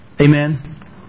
Amen